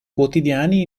quotidiani